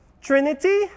Trinity